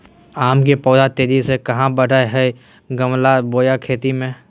आम के पौधा तेजी से कहा बढ़य हैय गमला बोया खेत मे?